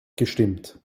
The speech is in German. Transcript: gestimmt